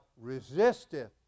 resisteth